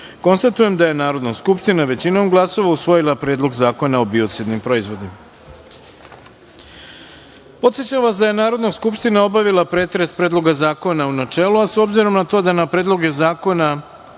poslanika. Konstatujem da je Narodna skupština, većinom glasova, usvojila Predlog zakona o biocidnim proizvodima. Podsećam vas da je Narodna skupština obavila pretres Predloga zakona u načelu, a s obzirom na to da na predloge zakona